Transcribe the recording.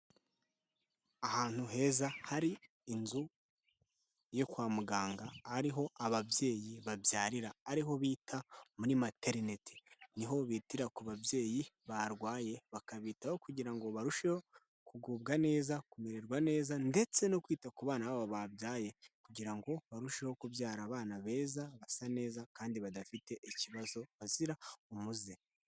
Ahantu heza hari inzu yo kwa muganga, ari ho ababyeyi babyarira, ari ho bita muri materineti. Ni ho bitira ku babyeyi barwaye, bakabitaho kugira ngo barusheho kugubwa neza, kumererwa neza ndetse no kwita ku bana babo babyaye kugira ngo barusheho kubyara abana beza, basa neza kandi badafite ikibazo, bazira umuze.